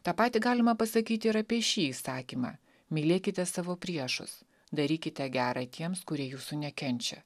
tą patį galima pasakyti ir apie šį įsakymą mylėkite savo priešus darykite gera tiems kurie jūsų nekenčia